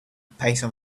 passion